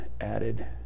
added